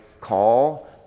call